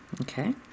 Okay